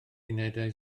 unedau